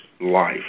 life